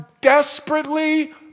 desperately